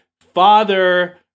father